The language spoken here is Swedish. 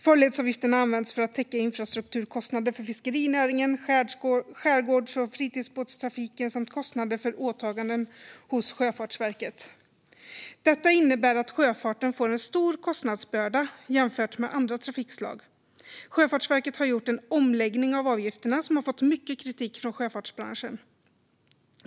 Farledsavgifterna används för att täcka infrastrukturkostnader för fiskerinäringen och för skärgårds och fritidsbåtstrafiken samt kostnader för åtaganden hos Sjöfartsverket. Detta innebär att sjöfarten får en stor kostnadsbörda jämfört med andra trafikslag. Sjöfartsverket har gjort en omläggning av avgifterna, som har fått mycket kritik från sjöfartsbranschen.